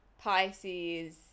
Pisces